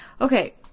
Okay